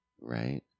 Right